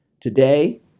Today